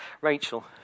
Rachel